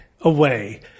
away